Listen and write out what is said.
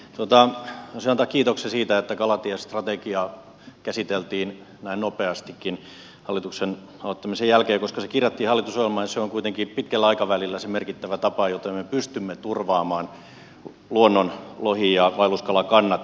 halusin antaa kiitoksen siitä että kalatiestrategia käsiteltiin näin nopeastikin hallituksen aloittamisen jälkeen koska se kirjattiin hallitusohjelmaan ja se on kuitenkin pitkällä aikavälillä se merkittävä tapa jolla me pystymme turvaamaan luonnonlohi ja vaelluskalakannat